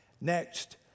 Next